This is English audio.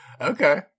okay